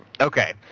Okay